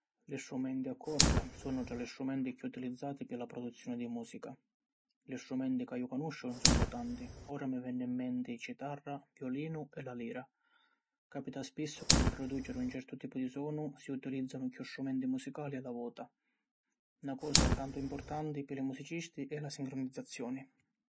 Li strumenti a corda sunnu tra li strumenti chiù utilizzati pi la produzioni di musica. Li strumenti ca iu canusciu ‘un sunnu tanti, ora mi vennu in menti: Citarra, Violinu e la Lira. Capita spissu ca pi produciri un certu tipu di sonu, si utilizzanu chiù strumenti musicali a la vota. Na cosa tantu importanti pi li musicisti è la sincronizzazioni.